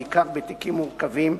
בעיקר בתיקים מורכבים,